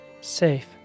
Safe